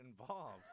involved